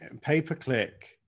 pay-per-click